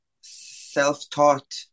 self-taught